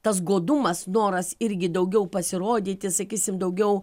tas godumas noras irgi daugiau pasirodyti sakysim daugiau